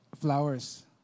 flowers